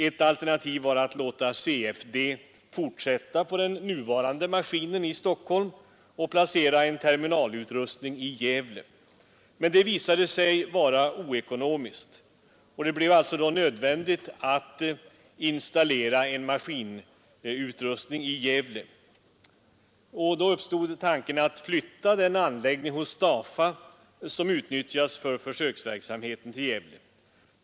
Ett alternativ var att låta CFD fortsätta på den nuvarande maskinen i Stockholm och placera en terminalutrustning i Gävle. Det visade sig vara oekonomiskt. Det blev därför nödvändigt att installera en maskinutrustning i Gävle. Då uppstod tanken att flytta den anläggning hos DAFA, som utnyttjas för försöksverksamheten, till Gävle.